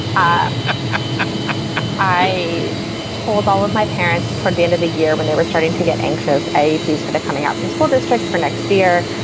i i told all of my parents toward the end of the year when they were starting to get anxious, a piece for the coming out from school districts for next year.